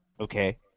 okay